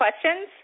questions